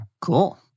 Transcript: cool